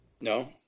No